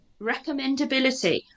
recommendability